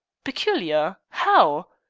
peculiar how?